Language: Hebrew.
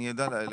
אני יודע להגיד.